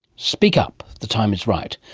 speak up, the time is right.